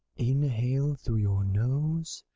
inhale through your nose